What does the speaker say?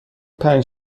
پنج